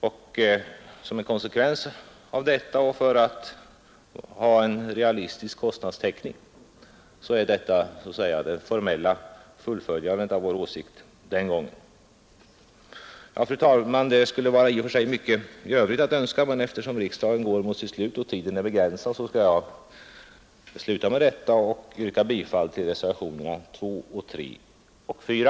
Vi önskade få en realistisk kostnadstäckning, och detta är så att säga det formella fullföljandet av vår åsikt den gången. Fru talman! Det skulle vara mycket i övrigt att önska, men eftersom riksdagssessionen går mot sitt slut och tiden är begränsad skall jag sluta med detta och yrka bifall till reservationerna 2, 3 och 4.